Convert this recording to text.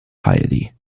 piety